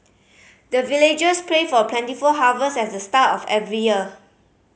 the villagers pray for plentiful harvest at the start of every year